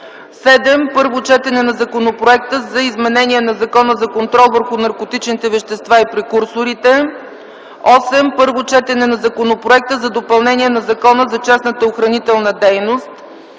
7. Първо четене на Законопроекта за изменение на Закона за контрол върху наркотичните вещества и прекурсорите. 8. Първо четене на Законопроекта за допълнение на Закона за частната охранителна дейност.